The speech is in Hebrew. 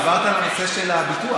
את דיברת על הנושא של הביטוח,